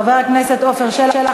חבר הכנסת עפר שלח,